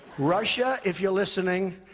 russia, if you are listening,